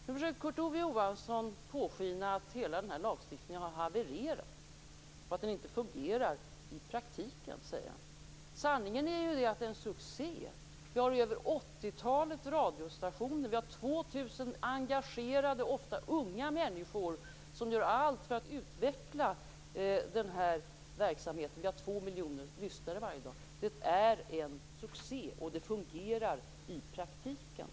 Nu försöker Kurt Ove Johansson påskina att hela lagstiftningen har havererat och att den inte fungerar i praktiken. Sanningen är ju den att lagstiftningen är en succé. Vi har över 80 radiostationer. Vi har 2 000 engagerade, ofta unga, människor som gör allt för att utveckla verksamheten. Vi har varje dag 2 miljoner lyssnare. Den är en succé och fungerar i praktiken.